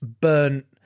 burnt